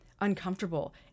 uncomfortable